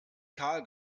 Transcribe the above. kahl